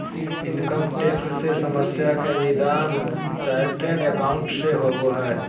income tax से समस्या के निदान चार्टेड एकाउंट से होबो हइ